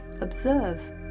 Observe